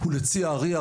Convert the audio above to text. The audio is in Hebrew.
לצערי,